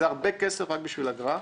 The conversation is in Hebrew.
מדובר בהרבה כסף בשביל אגרה,